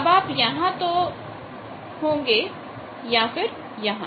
अब आप यहां तो यहां होंगे या यहां